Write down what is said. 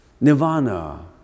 nirvana